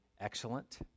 excellent